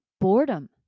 boredom